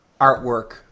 Artwork